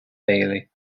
bailey